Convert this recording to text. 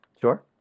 sure